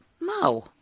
No